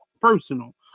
personal